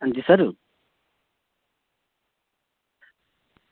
अंजी सर